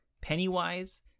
Pennywise